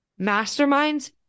masterminds